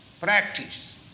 practice